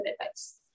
advice